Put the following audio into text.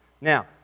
Now